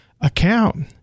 account